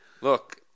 Look